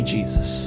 Jesus